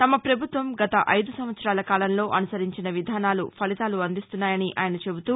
తమ పభుత్వం గత ఐదు సంవత్సరాల కాలంలో అనుసరించిన విధానాలు ఫలితాలు అందిస్తున్నాయని ఆయన చెబుతూ